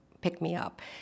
pick-me-up